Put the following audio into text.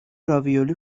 راویولی